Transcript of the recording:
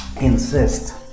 insist